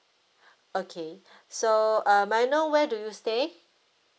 okay so uh may I know where do you stay